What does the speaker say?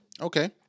Okay